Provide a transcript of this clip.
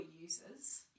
users